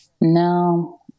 no